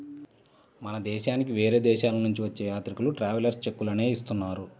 మన దేశానికి వేరే దేశాలనుంచి వచ్చే యాత్రికులు ట్రావెలర్స్ చెక్కులనే ఇస్తున్నారు